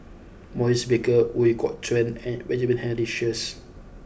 Maurice Baker Ooi Kok Chuen and Benjamin Henry Sheares